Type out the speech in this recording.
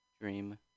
Dream